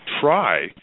try